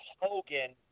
Hogan